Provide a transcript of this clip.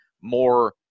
more